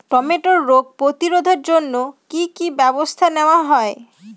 টমেটোর রোগ প্রতিরোধে জন্য কি কী ব্যবস্থা নেওয়া হয়?